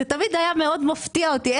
זה תמיד היה מפתיע אותי מאוד,